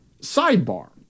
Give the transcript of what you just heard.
Sidebar